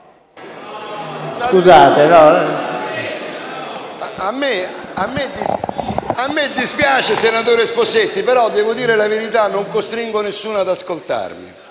A me dispiace, senatore Sposetti, ma - devo dire la verità - non costringo nessuno ad ascoltarmi.